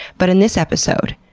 but in this episode,